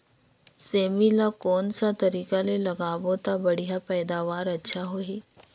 सेमी ला कोन सा तरीका ले लगाबो ता बढ़िया पैदावार अच्छा होही?